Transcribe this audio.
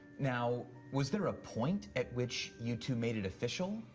now, was there a point at which you two made it official?